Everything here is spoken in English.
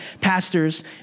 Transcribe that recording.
pastors